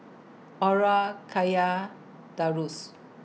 Aura Kya Darrius